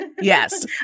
Yes